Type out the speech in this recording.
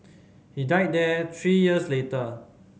he died there three years later